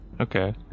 Okay